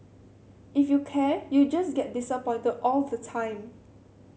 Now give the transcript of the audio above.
if you care you just get disappointed all the time